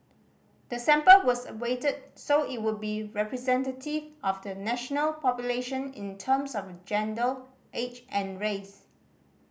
the sample was weighted so it would be representative of the national population in terms of gender age and race